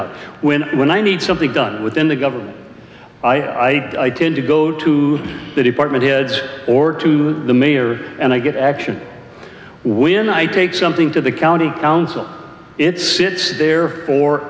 out when when i need something done within the government i tend to go to the department heads or to the mayor and i get action when i say something to the county council it sits there for